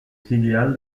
filiale